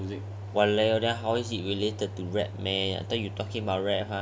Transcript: !waliao! how is that related to rap man I thought you talking about rap ha